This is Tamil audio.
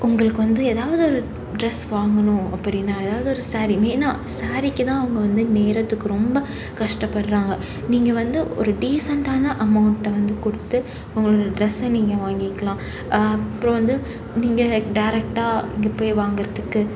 உங்களுக்கு வந்து எதாவது ஒரு ட்ரெஸ் வாங்கணும் அப்படின்னா எதாவது ஒரு சாரீ ஏன்னா சாரீக்குதான் அவங்க வந்து நெய்கிறதுக்கு ரொம்ப கஷ்டப்படுறாங்க நீங்கள் வந்து ஒரு டீசெண்டான அமௌண்ட்டை வந்து கொடுத்து உங்களோட ட்ரெஸ்ஸை நீங்கள் வாங்கிக்கலாம் அப்புறம் வந்து நீங்கள் டேரக்டாக நீங்கள் போய் வாங்குறதுக்கு